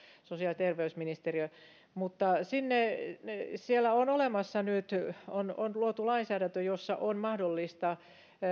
sosiaali ja terveysministeriö mutta siellä on nyt luotu lainsäädäntö jossa on mahdollista